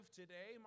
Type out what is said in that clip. today